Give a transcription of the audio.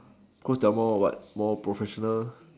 cause they're more what more professional